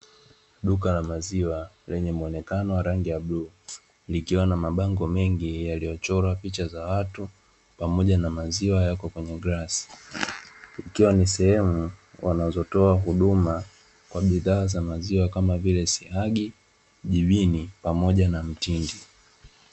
Duka la maziwa lenye muonekano wa rangi ya bluu likiwa na mabango mengi yaliyochorwa picha za watu, pamoja na maziwa kwenye glasi ikiwa wanatoa huduma za maziwa kama vile gibini, siagi pamoja na mtindi